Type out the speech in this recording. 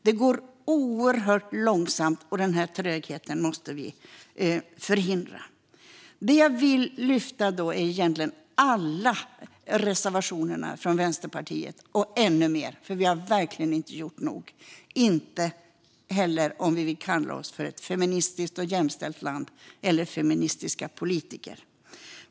Det går oerhört långsamt, och den här trögheten måste vi förhindra. Jag vill egentligen lyfta alla reservationer från Vänsterpartiet och ännu mer, för vi har verkligen inte gjort nog, särskilt inte om vi vill kalla oss ett feministiskt och jämställt land eller feministiska politiker.